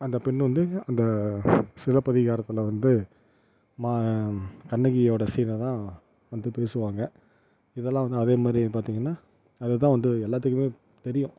அந்த பெண் வந்து அந்த சிலப்பதிகாரத்தில் வந்து மா கண்ணகியோட சீனைதான் வந்து பேசுவாங்க இதெல்லாம் வந்து அதேமாதிரி பார்த்தீங்கன்னா அதுதான் வந்து எல்லாத்துக்குமே தெரியும்